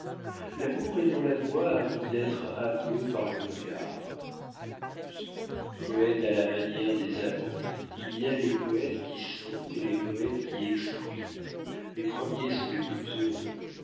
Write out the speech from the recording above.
l'amour est dans la voix avant d'être avoué par le regard auguste poète à la manière des amants il y a les poètes qui sentent et les poètes qui expriment les premiers sont les plus heureux